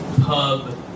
pub